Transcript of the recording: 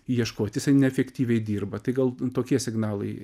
ieškot jisai neefektyviai dirba tai gal tokie signalai